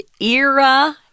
era